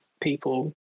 people